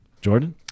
Jordan